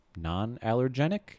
Non-allergenic